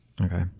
Okay